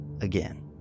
again